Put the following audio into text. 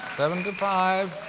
seven, two, five.